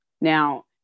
now